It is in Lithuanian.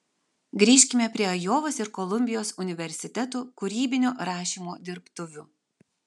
grįžkime prie ajovos ir kolumbijos universitetų kūrybinio rašymo dirbtuvių